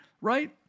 right